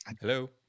Hello